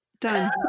Done